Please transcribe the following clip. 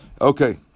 Okay